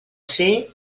fer